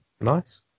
Nice